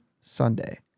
Sunday